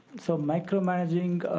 so micromanaging?